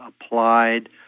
applied